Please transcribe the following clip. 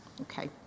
Okay